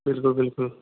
ਬਿਲਕੁਲ ਬਿਲਕੁਲ